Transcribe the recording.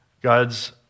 God's